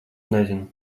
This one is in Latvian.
nezinu